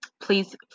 please